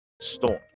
storm